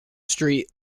street